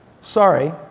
Sorry